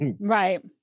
Right